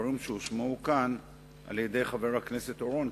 לדברים שהושמעו כאן על-ידי חבר הכנסת אורון.